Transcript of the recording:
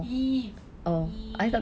eve eve eve but you were close